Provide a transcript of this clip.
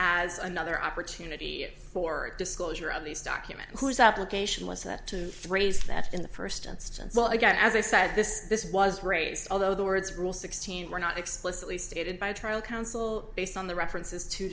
as another opportunity for disclosure of these documents who is out location was that to raise that in the first instance what i got as i said this this was raised although the words rule sixteen were not explicitly stated by the trial counsel based on the references to